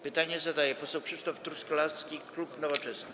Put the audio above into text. Pytanie zadaje poseł Krzysztof Truskolaski, klub Nowoczesna.